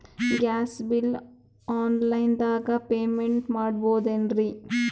Gas bill online ದಾಗ payment ಮಾಡಬೋದೇನ್ರಿ?